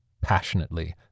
passionately